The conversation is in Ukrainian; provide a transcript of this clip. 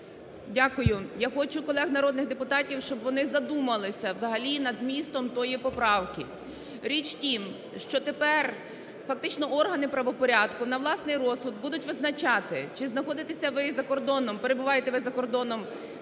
Дякую. Я хочу колег народних депутатів, щоб вони задумалися взагалі над змістом тої поправки. Річ в тім, що тепер фактично органи правопорядку на власний розсуд будуть визначати, чи знаходитеся ви за кордоном, перебуваєте ви за кордоном